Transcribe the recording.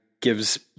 gives